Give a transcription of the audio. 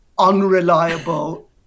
unreliable